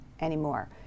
anymore